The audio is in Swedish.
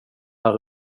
här